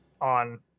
on